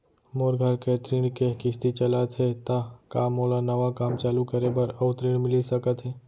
मोर घर के ऋण के किसती चलत हे ता का मोला नवा काम चालू करे बर अऊ ऋण मिलिस सकत हे?